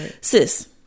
Sis